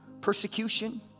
Persecution